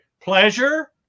Pleasure